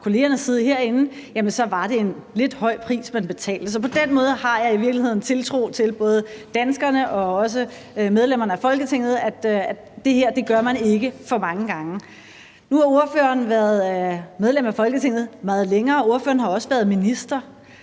kollegernes side herinde, var det en lidt høj pris, man betalte. Så på den måde har jeg i virkeligheden tiltro til både danskerne og også medlemmerne af Folketinget, hvad angår, at det her gør man ikke for mange gange. Nu har ordføreren været medlem af Folketinget meget længere, og ordføreren har også været minister.